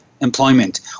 employment